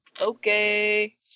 Okay